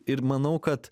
ir manau kad